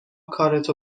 کارتو